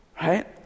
Right